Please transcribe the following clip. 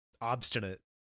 obstinate